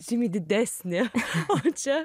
žymiai didesnė o čia